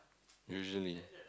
usually